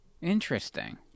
Interesting